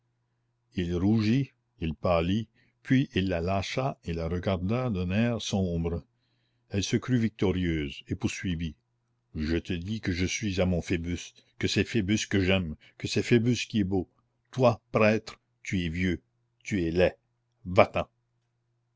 il rougit il pâlit puis il la lâcha et la regarda d'un air sombre elle se crut victorieuse et poursuivit je te dis que je suis à mon phoebus que c'est phoebus que j'aime que c'est phoebus qui est beau toi prêtre tu es vieux tu es laid